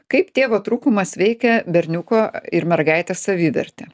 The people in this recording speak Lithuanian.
kaip tėvo trūkumas veikia berniuko ir mergaitės savivertę